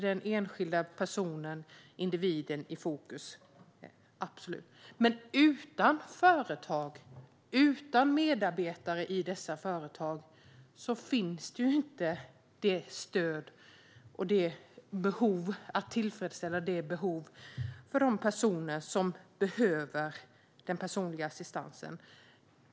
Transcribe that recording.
Den enskilda personen, individen, ska absolut stå i fokus. Men utan företag och utan medarbetare i dessa företag finns inte stöd för att tillfredsställa behovet hos dem som behöver den personliga assistansen.